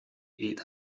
eat